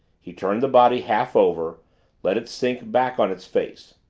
he turned the body half-over let it sink back on its face.